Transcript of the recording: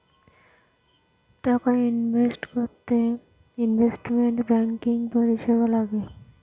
টাকা ইনভেস্ট করতে investment banking পরিষেবা লাগে